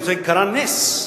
קרה נס,